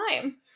time